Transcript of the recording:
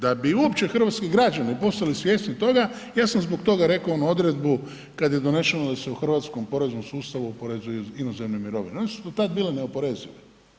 Da bi uopće hrvatski građani postali svjesni toga ja sam zbog toga rekao onu odredbu kada je doneseno da se u hrvatskom poreznom sustavu oporezuju inozemne mirovine, one su do tad bile neoporezive.